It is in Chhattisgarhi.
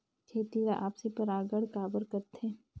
खेती ला आपसी परागण काबर करथे?